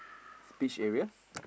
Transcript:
beach area